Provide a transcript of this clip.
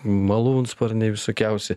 malūnsparniai visokiausi